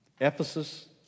Ephesus